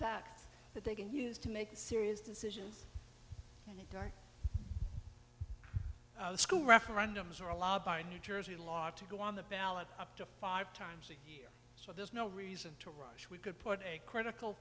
fact that they can use to make serious decisions and school referendums or a law by new jersey law to go on the ballot up to five times a year so there's no reason to rush we could put a critical